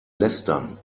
lästern